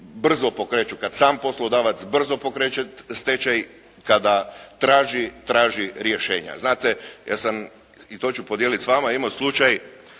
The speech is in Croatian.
brzo pokreću, kad sam poslodavac brzo pokreće stečaj, kada traži rješenja. Znate ja sam i to ću podijeliti s vama, imao slučaj